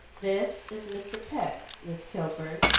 this is mr. peck, miss kilburn,